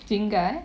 jingga eh